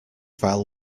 file